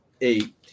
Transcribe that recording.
eight